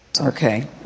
Okay